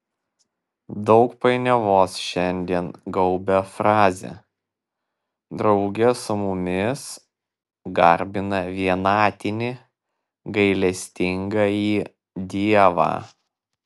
daug painiavos šiandien gaubia frazę drauge su mumis garbina vienatinį gailestingąjį dievą